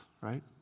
right